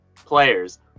players